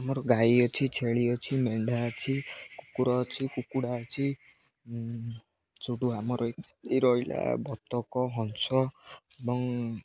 ଆମର ଗାଈ ଅଛି ଛେଳି ଅଛି ମେଣ୍ଢା ଅଛି କୁକୁର ଅଛି କୁକୁଡ଼ା ଅଛି ଯେଉଁଠୁ ଆମର ଏ ରହିଲା ବତକ ହଂସ ଏବଂ